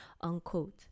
Unquote